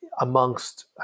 amongst